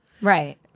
Right